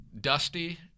Dusty